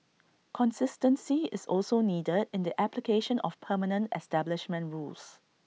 consistency is also needed in the application of permanent establishment rules